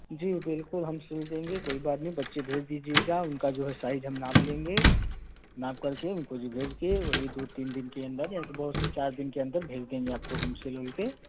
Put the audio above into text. जी बिल्कुल हम सील देंगे कोई बात नहीं है बच्चे भेज दीजिएगा उनका जो है साइज हम नाप लेंगे नाप करके उनको जो भेज के वही दो तीन दिन के अंदर या तो बहुत से चार दिन के अंदर भेज देंगे आपको हम सील उल कर